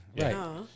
Right